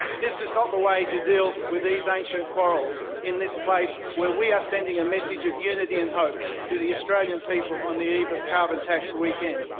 this is not the way to deal with these ancient quarrels in this place where we are sending a message of unity and hope to the australian people on the eve of carbon tax weekend.